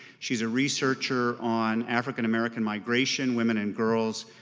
she's a researcher on african american migration, women and girls,